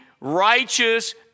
righteous